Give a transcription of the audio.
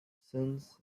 since